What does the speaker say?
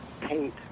paint